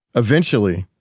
eventually,